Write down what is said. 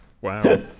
Wow